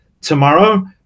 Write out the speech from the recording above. tomorrow